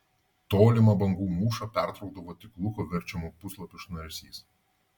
tolimą bangų mūšą pertraukdavo tik luko verčiamų puslapių šnaresys